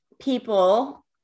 people